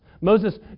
Moses